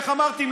איך אמרתי,